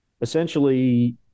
essentially